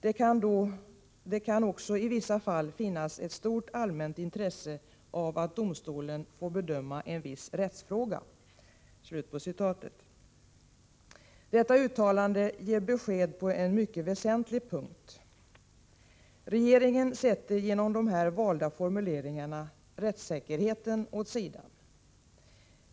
Det kan också i vissa fall finnas ett stort allmänt intresse av att domstol får bedöma en viss rättsfråga.” Detta uttalande ger besked på en mycket väsentlig punkt. Regeringen sätter genom de här valda formuleringarna rättssäkerheten åt sidan.